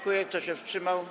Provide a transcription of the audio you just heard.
Kto się wstrzymał?